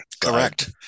Correct